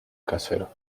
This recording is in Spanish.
casero